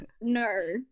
No